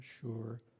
sure